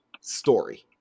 story